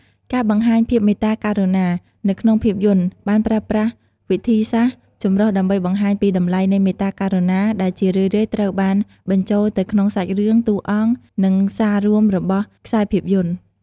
ការបង្ហាញ "ភាពមេត្តាករុណា" នៅក្នុងភាពយន្ត បានប្រើប្រាស់វិធីសាស្រ្តចម្រុះដើម្បីបង្ហាញពីតម្លៃនៃមេត្តាករុណា ដែលជារឿយៗត្រូវបានបញ្ចូលទៅក្នុងសាច់រឿង តួអង្គ និងសាររួមរបស់ខ្សែភាពយន្ត។